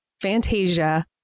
Fantasia